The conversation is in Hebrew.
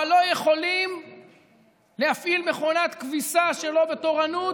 אבל לא יכולים להפעיל מכונת כביסה שלא בתורנות,